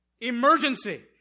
Emergency